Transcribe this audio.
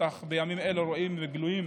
אך בימים אלה רואים וזה גלוי,